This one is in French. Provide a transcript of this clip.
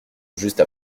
juste